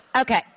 Okay